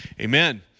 amen